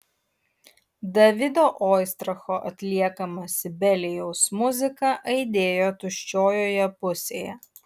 davido oistracho atliekama sibelijaus muzika aidėjo tuščiojoje pusėje